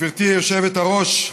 גברתי היושבת-ראש,